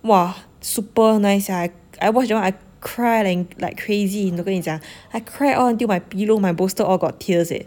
!wah! super nice ah I I watch that one I cry like crazy 跟你讲 I cry all until my pillow my bolster all got tears eh